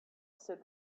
said